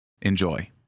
Enjoy